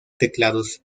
teclados